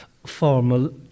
formal